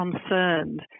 concerned